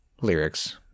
lyrics